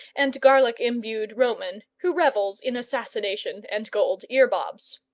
and garlic-imbued roman who revels in assassination and gold ear-bobs.